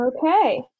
Okay